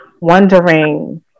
wondering